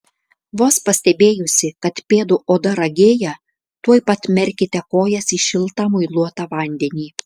vos pastebėjusi kad pėdų oda ragėja tuoj pat merkite kojas į šiltą muiluotą vandenį